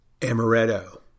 Amaretto